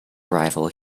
arrival